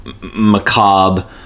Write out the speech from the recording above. macabre